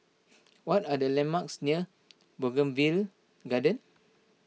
what are the landmarks near Bougainvillea Garden